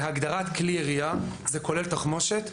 בהגדרת כלי ירייה, זה כולל תחמושת.